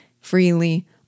freely